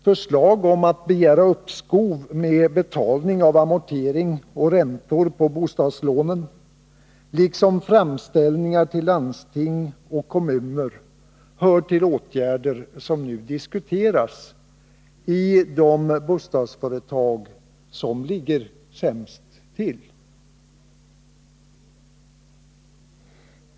Förslag om att begära uppskov med betalning av amortering och räntor på bostadslånen, liksom framställningar till landsting och kommuner, hör till åtgärder som nu diskuteras i de bostadsföretag som ligger sämst till.